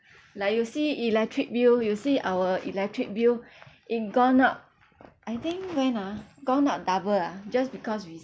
like you see electric bill you see our electric bill it gone up I think when ah gone up double ah just because we